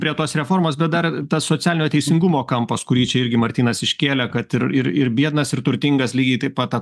prie tos reformos bet dar tas socialinio teisingumo kampas kurį čia irgi martynas iškėlė kad ir ir ir biednas ir turtingas lygiai taip pat tą